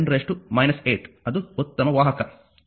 8 10 8 ಅದು ಉತ್ತಮ ವಾಹಕ